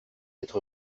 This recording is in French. être